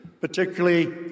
particularly